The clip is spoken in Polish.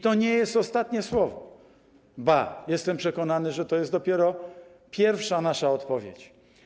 To nie jest ostatnie słowo, ba, jestem przekonany, że to jest dopiero pierwsza nasza odpowiedź.